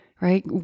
right